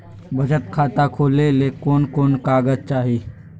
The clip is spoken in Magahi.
बचत खाता खोले ले कोन कोन कागज चाही?